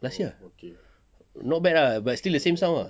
last year ah not bad lah but still the same sound ah